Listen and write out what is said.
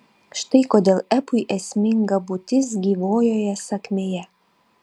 štai kodėl epui esminga būtis gyvojoje sakmėje